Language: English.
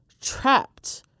trapped